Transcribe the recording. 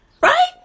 right